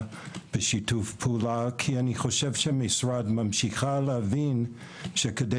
בשיתוף פעולה כי אני חושב שהמשרד ממשיך להבין שכדי